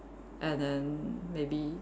and then maybe